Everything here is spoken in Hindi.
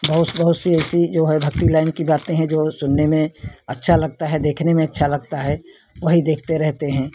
बहुत बहुत सी ऐसी जो है भक्ति लाइन की गाते हैं जो सुनने में अच्छा लगता है देखने में अच्छा लगता है वही देखते रहते हैं